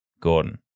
Gordon